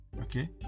Okay